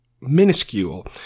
minuscule